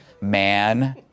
man